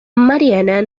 mariana